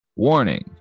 Warning